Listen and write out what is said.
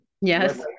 Yes